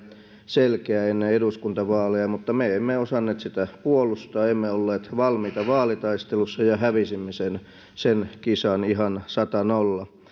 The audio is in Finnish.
selkeä ennen eduskuntavaaleja mutta me emme osanneet sitä puolustaa emme olleet valmiita vaalitaistelussa ja hävisimme sen sen kisan ihan sata viiva nolla